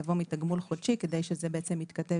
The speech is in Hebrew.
יבוא מתגמול חודשי כדי שזה בעצם יתכתב